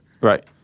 Right